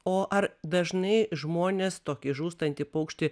o ar dažnai žmonės tokį žūstantį paukštį